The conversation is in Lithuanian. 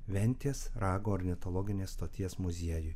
ventės rago ornitologinės stoties muziejui